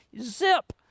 zip